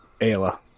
Ayla